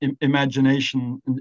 imagination